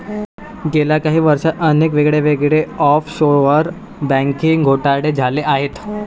गेल्या काही वर्षांत अनेक वेगवेगळे ऑफशोअर बँकिंग घोटाळे झाले आहेत